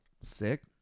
Sick